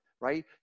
right